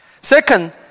Second